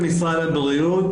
כן, בנתונים של משרד הבריאות,